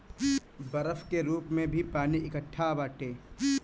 बरफ के रूप में भी पानी एकट्ठा बाटे